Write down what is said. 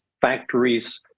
factories